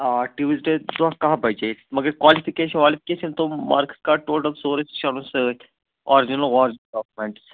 آ ٹیوٗوِزڈیٚے دۄہ کاہ بجے مگر کالیفِکیشَن والیفِکیشَن تِم مارکٕس کارڈ ٹوٹَل سورُے سُہ چھُ اَنُن سۭتۍ آرجِنَل وارجِنَل ڈاکیٛوٗمٮ۪نٹٕس